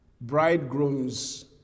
bridegroom's